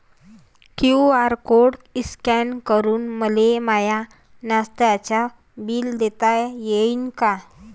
QR code scan करून मले माय नास्त्याच बिल देता येईन का?